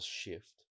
shift